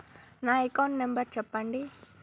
నా account number చెప్పండి?